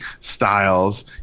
Styles